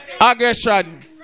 Aggression